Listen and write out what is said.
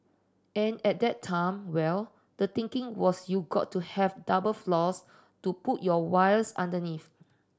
and at that time well the thinking was you got to have double floors to put your wires underneath